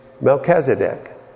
Melchizedek